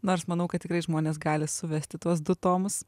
nors manau kad tikrai žmonės gali suvesti tuos du tomus